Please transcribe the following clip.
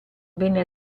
venne